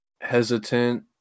hesitant